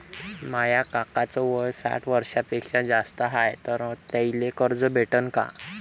माया काकाच वय साठ वर्षांपेक्षा जास्त हाय तर त्याइले कर्ज भेटन का?